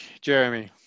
Jeremy